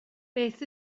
beth